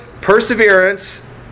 perseverance